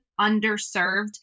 underserved